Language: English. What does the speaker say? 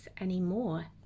anymore